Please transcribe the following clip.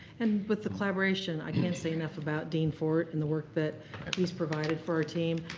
and with the collaboration, i can't say enough about dean ford and the work that he's provided for our team.